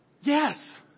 Yes